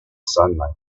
sunlight